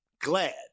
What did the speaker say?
glad